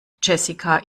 jessica